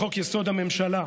לחוק-יסוד: הממשלה,